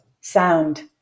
sound